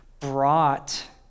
brought